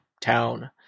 town